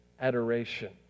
adoration